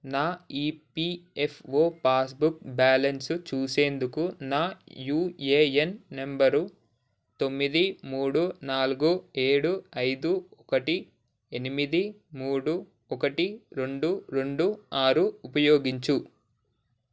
నా EPFO passbook balance చూసేందుకు నా యూఏఎన్ నెంబరు తొమ్మిది మూడు నాలుగు ఏడు ఐదు ఒకటి ఎనిమిది మూడు ఒకటి రెండు రెండు ఆరు ఉపయోగించు